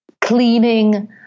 cleaning